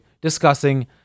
discussing